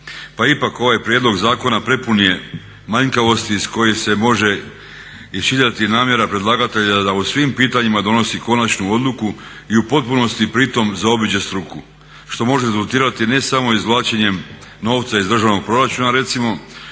Pa ipak, ovaj prijedlog zakona prepun je manjkavosti iz koje se može iščitati namjera predlagatelja da o svim pitanjima donosi konačnu odluku i u potpunosti pri tome zaobiđe struku što može rezultirati ne samo izvlačenjem novca iz državnog proračuna recimo